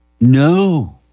No